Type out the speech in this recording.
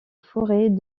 forêt